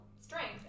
strength